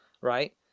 right